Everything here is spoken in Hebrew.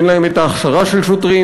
אין להם ההכשרה של שוטרים,